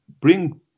bring